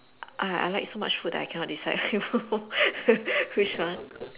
I I like so much food that I cannot decide which one